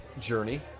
journey